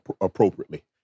appropriately